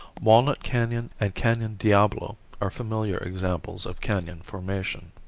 walnut canon and canon diablo are familiar examples of canon formation.